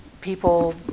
people